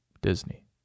disney